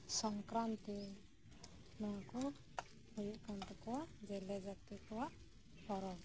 ᱥᱚᱝᱠᱨᱟᱱᱛᱤ ᱱᱚᱣᱟ ᱠᱚ ᱦᱩᱭᱩᱜ ᱠᱟᱱ ᱛᱟᱠᱚᱣᱟ ᱡᱮᱞᱮ ᱡᱟᱛᱤ ᱠᱚᱣᱟᱜ ᱯᱚᱨᱚᱵᱽ